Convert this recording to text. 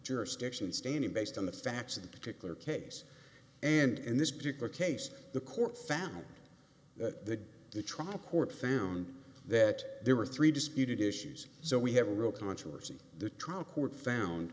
jurisdiction staining based on the facts of the particular case and in this particular case the court found that the trial court found that there were three disputed issues so we have a real controversy the